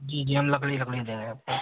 जी जी हम लकड़ी लकड़ी दे रहें आपको